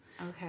Okay